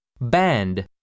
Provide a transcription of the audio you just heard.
Band